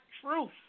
truth